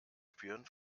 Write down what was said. spüren